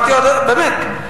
הוא אמר יותר טוב ממני את הדברים,